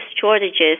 shortages